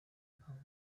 polls